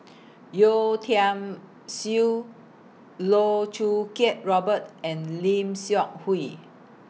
Yeo Tiam Siew Loh Choo Kiat Robert and Lim Seok Hui